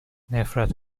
نفرت